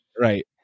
Right